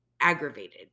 aggravated